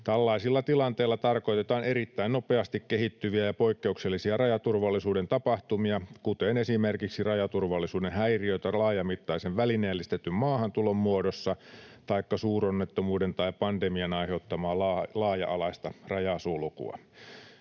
Tällaisilla tilanteilla tarkoitetaan erittäin nopeasti kehittyviä ja poikkeuksellisia rajaturvallisuuden tapahtumia, kuten esimerkiksi rajaturvallisuuden häiriötä laajamittaisen välineellistetyn maahantulon muodossa taikka suuronnettomuuden tai pandemian aiheuttamaa laaja-alaista rajasulkua.